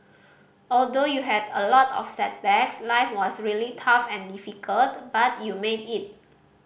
although you had a lot of setbacks life was really tough and difficult but you made it